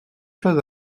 chose